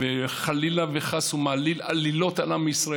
וחלילה וחס הוא מעליל עלילות על עם ישראל.